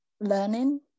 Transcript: learning